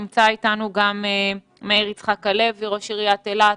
נמצא אתנו גם מאיר יצחק הלוי, ראש עיריית אילת,